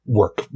work